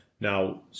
Now